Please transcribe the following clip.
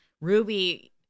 Ruby